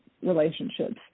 relationships